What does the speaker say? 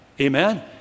Amen